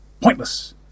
Pointless